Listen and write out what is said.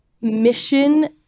mission